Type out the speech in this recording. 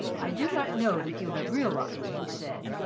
i do not know that you have realised, he said,